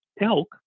elk